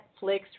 Netflix